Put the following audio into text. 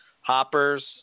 hoppers